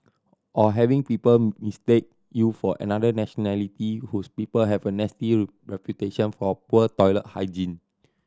or having people mistake you for another nationality whose people have a nasty reputation for poor toilet hygiene